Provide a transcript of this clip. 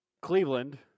Cleveland